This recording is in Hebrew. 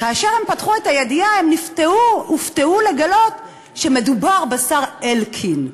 כאשר הם פתחו את הידיעה הם הופתעו לגלות שמדובר בשר אלקין.